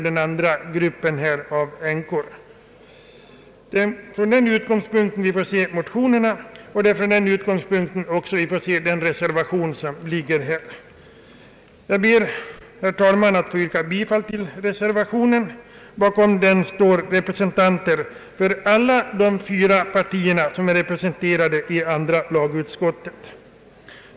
Det är från den utgångspunkten man får se motionerna och den reservation som avgivits till utskottets utlåtande. Bakom reservationen står representanter för alla de fyra partier som är företrädda i utskottet.